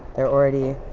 they're already